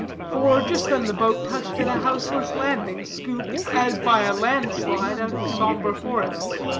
for just then the boat touched at a houseless landing, scooped, as by a land-slide, out of sombre forests